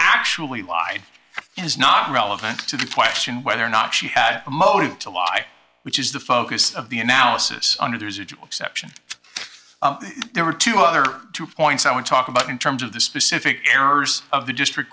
actually lied is not relevant to the question whether or not she had a motive to lie which is the focus of the analysis under the residual deception there were two other two points i would talk about in terms of the specific errors of the district